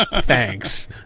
thanks